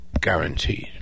Guaranteed